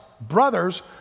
Brothers